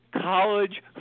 college